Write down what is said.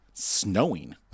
Snowing